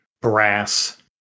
brass